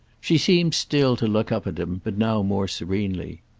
she seemed still to look up at him, but now more serenely.